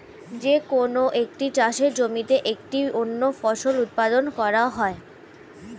যে কোন একটি চাষের জমিতে একটি অনন্য ফসল উৎপাদন করা হয়